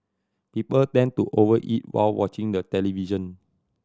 people tend to overeat while watching the television